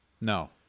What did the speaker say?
No